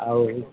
ଆଉ